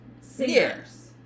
singers